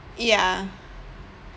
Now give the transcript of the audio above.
ya